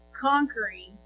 conquering